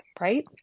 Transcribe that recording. right